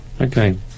Okay